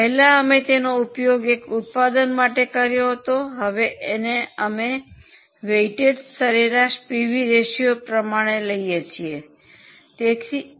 પહેલા અમે તેનો ઉપયોગ એક ઉત્પાદન માટે કર્યો હતો હવે અમે વેઈટેડ સરેરાશ પીવી રેશિયો લઇએ છીએ